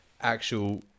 actual